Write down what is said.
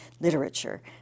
literature